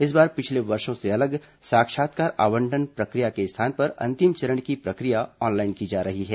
इस बार पिछले वर्षों से अलग साक्षात्कार आवंटन प्रक्रिया के स्थान पर अंतिम चरण की प्रक्रिया ऑनलाइन की जा रही है